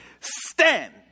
Stand